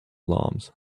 alarms